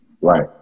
Right